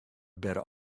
better